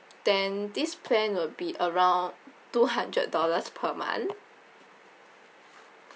then this plan will be around two hundred dollars per month